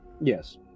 Yes